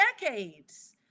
decades